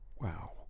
Wow